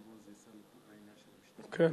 טוב.